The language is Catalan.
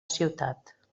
ciutat